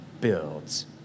builds